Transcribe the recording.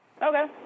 Okay